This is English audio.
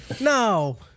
No